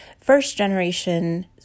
first-generation